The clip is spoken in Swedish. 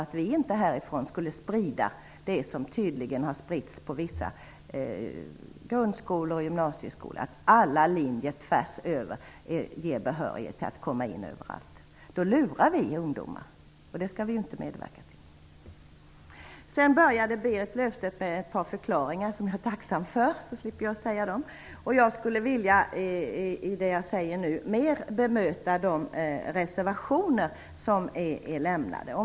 Vi skall inte härifrån sprida det som tydligen har spritts på vissa grundskolor och gymnasieskolor, att alla linjer tvärs över ger behörighet att komma in överallt. Då lurar vi ungdomar, och det skall vi inte medverka till. Berit Löfstedt började med ett par förklaringar som jag är tacksam för. Nu slipper jag ta upp dem. Jag skulle med det jag säger nu mer vilja bemöta de reservationer som har avgivits.